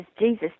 Jesus